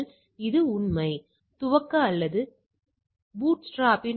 மதிப்பு இதுதான் நிகழ்தகவு அடர்த்தி சார்பு